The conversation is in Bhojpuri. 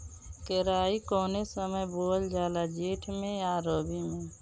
केराई कौने समय बोअल जाला जेठ मैं आ रबी में?